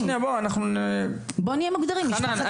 בוא נהיה מוגדרים משפחת יתומים.